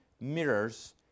mirrors